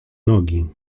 nogi